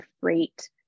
freight